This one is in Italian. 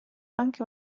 anche